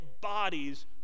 bodies